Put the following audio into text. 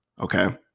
okay